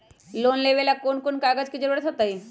Loan लेवेला कौन कौन कागज के जरूरत होतई?